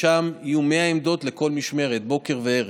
שם יהיו 100 עמדות לכל משמרת, בוקר וערב.